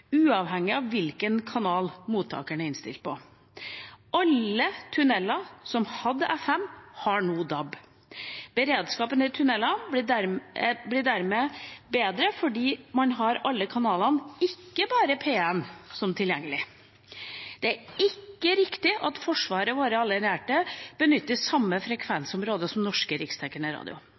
uavhengig av hvilken kanal mottakeren er innstilt på. Alle tunnelene som hadde FM, har nå DAB. Beredskapen i tunnelene blir dermed bedre, fordi man har alle kanalene – ikke bare P1 – tilgjengelig. Det er ikke riktig at Forsvaret og våre allierte benytter samme frekvensområde som norsk riksdekkende radio.